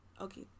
okay